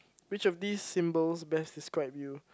which of these symbols best describe you